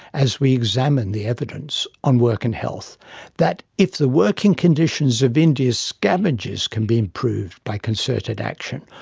as we examine the evidence on work and health that if the working conditions of india's scavengers can be improved by concerted action,